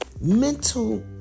mental